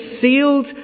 sealed